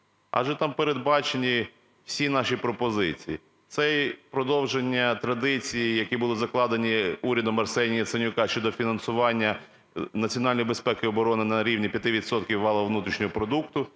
адже там передбачені всі наші пропозиції: це і продовження традицій, які були закладені урядом Арсенія Яценюка щодо фінансування національної безпеки і оборони на рівні 5 відсотків валового внутрішнього продукту,